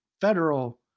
federal